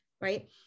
right